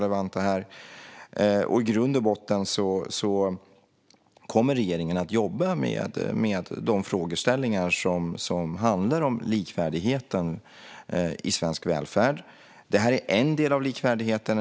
I grund och botten kommer regeringen att jobba med de frågeställningar som handlar om likvärdigheten i svensk välfärd. Detta är en del av likvärdigheten.